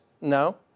No